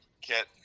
kit